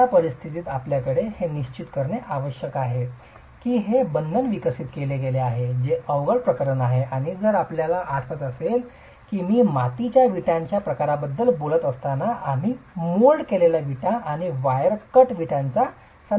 अशा परिस्थितीत आपल्याकडे हे निश्चित करणे आवश्यक आहे की हे बंधन विकसित केले गेले आहे जे अवघड प्रकरण आहे आणि जर आपल्याला आठवत असेल की मी मातीच्या विटाच्या प्रकारांबद्दल बोलत असताना आम्ही मोल्ड केलेल्या विटा आणि वायर कट विटांचा संदर्भ घेतो